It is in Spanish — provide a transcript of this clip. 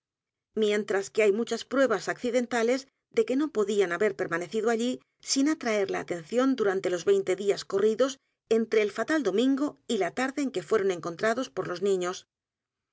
mientras que hay muchas pruebas accidentales de que no podían haber permanecido allí sin atraer la atención durante los veinte días corridos entre el fatal domingo y la t a r d e en que fueron encontrados por los niños